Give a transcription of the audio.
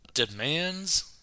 Demands